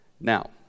now